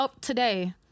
today